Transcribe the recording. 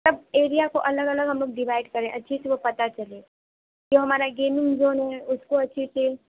سب area کو الگ الگ ہم لوگ ڈیوائڈ کریں اچھے سے وہ پتا چلے جو ہمارا گیمینگ ژون ہے اس کو اچھے سے